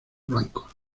blancos